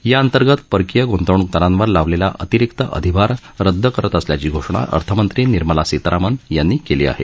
याअंतर्गत परकीय गुंतवणुकदारांवर लावलक्षा अतिरिक्त अधिभार रदद करत असल्याची घोषणा अर्थमंत्री निर्मला सीतारामन यांनी काली आहे